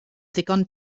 ddigon